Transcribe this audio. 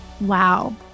wow